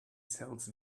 sells